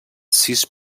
sis